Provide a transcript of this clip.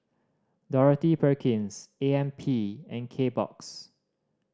Dorothy Perkins A M P and Kbox